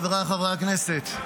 חבריי חברי הכנסת,